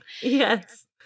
Yes